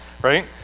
right